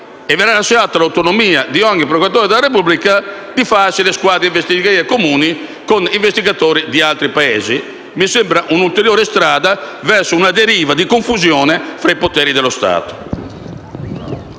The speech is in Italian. E verrà assegnato all'autonomia di ogni procuratore della Repubblica la facoltà di costituire squadre investigatrici comuni con investigatori di altri Paesi. Mi sembra questa una ulteriore strada verso una deriva di confusione tra i poteri dello Stato.